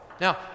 Now